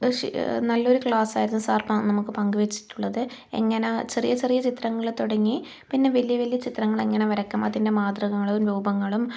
നല്ലൊരു ക്ലാസായിരുന്നു സാർ നമുക്ക് പങ്കുവെച്ചിട്ടുള്ളത് എങ്ങനെ ചെറിയ ചെറിയ ചിത്രങ്ങളിൽ തുടങ്ങി പിന്നെ വലിയ വലിയ ചിത്രങ്ങൾ എങ്ങനെ വരയ്ക്കാം അതിൻ്റെ മാതൃകങ്ങളും രൂപങ്ങളും